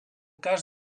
cas